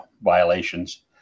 violations